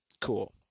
Cool